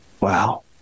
Wow